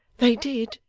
they did.